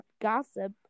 Gossip